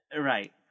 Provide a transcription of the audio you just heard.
Right